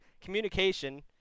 communication